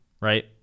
Right